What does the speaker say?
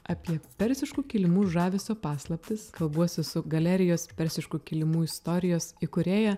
apie persiškų kilimų žavesio paslaptis kalbuosi su galerijos persiškų kilimų istorijos įkūrėja